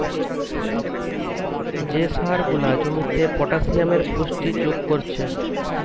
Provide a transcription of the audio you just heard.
যে সার গুলা জমিতে পটাসিয়ামের পুষ্টি যোগ কোরছে